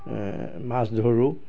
মাছ ধৰোঁ